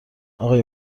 آقای